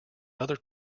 other